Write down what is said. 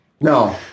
No